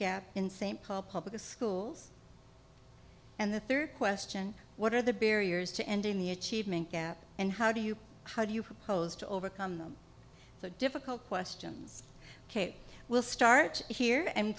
gap in st paul public schools and the third question what are the barriers to ending the achievement gap and how do you how do you propose to overcome the difficult questions kate will start here and